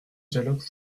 dialogue